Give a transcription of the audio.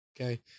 Okay